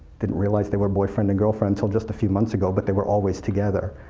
didn't realize they were boyfriend and girlfriend til just a few months ago, but they were always together.